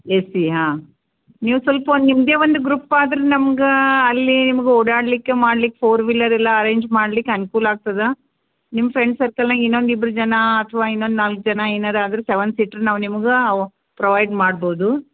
ಏ ಸಿ ಹಾಂ ನೀವು ಸ್ವಲ್ಪ ಒನ್ ನಿಮ್ಮದೇ ಒಂದು ಗ್ರೂಪ್ ಆದ್ರೆ ನಮ್ಗೆ ಅಲ್ಲಿ ನಿಮ್ಗೆ ಓಡಾಡ್ಲಿಕ್ಕೆ ಮಾಡ್ಲಿಕ್ಕೆ ಫೋರ್ ವಿಲ್ಲರ್ ಎಲ್ಲ ಅರೇಂಜ್ ಮಾಡ್ಲಿಕ್ಕೆ ಅನುಕೂಲ ಆಗ್ತದೆ ನಿಮ್ಮ ಫ್ರೆಂಡ್ ಸರ್ಕಲ್ನಾಗ ಇನ್ನೊಂದು ಇಬ್ರು ಜನ ಅಥ್ವಾ ಇನ್ನೊಂದು ನಾಲ್ಕು ಜನ ಏನಾದ್ರು ಅದ್ರ ಸೆವೆನ್ ಸೀಟ್ ನಾವು ನಿಮಗೆ ವ್ ಪ್ರೊವೈಡ್ ಮಾಡ್ಬಹುದು